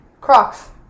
Crocs